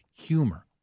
humor